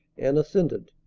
and assented.